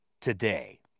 today